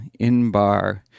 Inbar